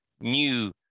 new